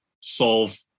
solve